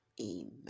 Amen